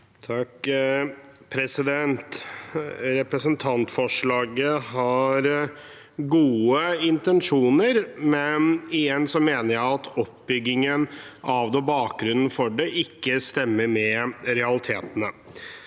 (FrP) Representantfor- slaget har gode intensjoner, men igjen mener jeg at oppbyggingen av det og bakgrunnen for det ikke stemmer med realitetene.